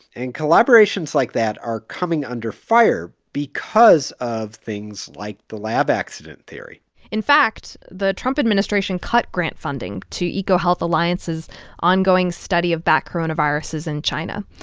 and collaborations like that are coming under fire because of things like the lab accident theory in fact, the trump administration cut grant funding to ecohealth alliance's ongoing study of bat coronaviruses in china.